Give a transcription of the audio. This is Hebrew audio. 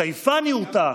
הזייפן יורתע.